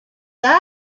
know